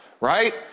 right